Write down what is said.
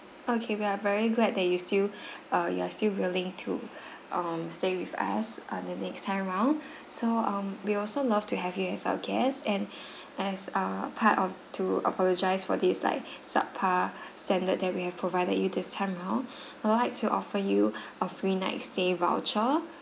okay we are very glad that you still err you're still willing to um stay with us uh the next time round so um we also love to have you as our guest and as a part of to apologise for this like subpar standard that we have provided you this time round I'd like to offer you a free next stay voucher